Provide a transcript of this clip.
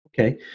Okay